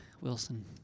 Wilson